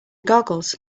googles